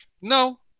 no